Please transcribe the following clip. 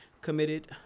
committed